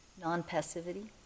non-passivity